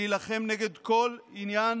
להילחם נגד כל עניין